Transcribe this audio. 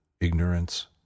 IGNORANCE